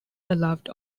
allowed